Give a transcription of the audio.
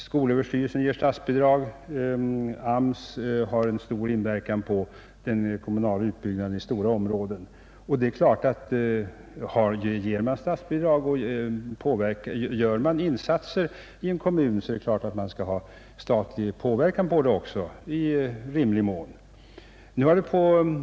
Skolöverstyrelsen ger statsbidrag, arbetsmarknadsstyrelsen har stor inverkan på den kommunala utbyggnaden i stora områden. Om man ger statsbidrag och gör insatser i en kommun, skall det givetvis i rimlig mån kunna förekomma en statlig påverkan.